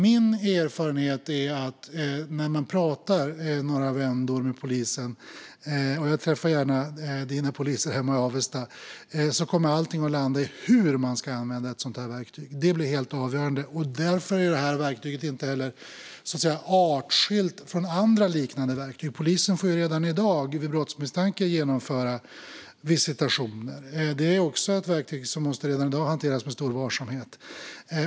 Min erfarenhet är, efter att ha pratat några vändor med polisen - jag träffar gärna Lars Isacssons poliser hemma i Avesta - att allting kommer att landa i hur man ska använda ett sådant verktyg. Det blir helt avgörande. Detta verktyg är inte heller helt artskilt från andra liknande verktyg. Polisen får ju redan i dag vid brottsmisstanke genomföra visitationer. Det är också ett verktyg som redan i dag måste hanteras med stor varsamhet.